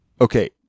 Okay